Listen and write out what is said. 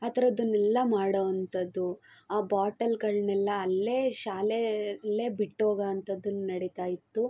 ಆ ಥರದ್ದನ್ನೆಲ್ಲ ಮಾಡೋವಂಥದ್ದು ಆ ಬಾಟಲುಗಳ್ನೆಲ್ಲ ಅಲ್ಲೇ ಶಾಲೆಯಲ್ಲೇ ಬಿಟ್ಟೋಗೊವಂಥದ್ದು ನಡಿತಾ ಇತ್ತು